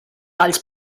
alls